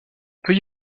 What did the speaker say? peut